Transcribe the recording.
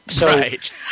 Right